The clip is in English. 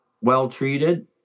well-treated